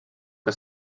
que